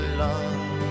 love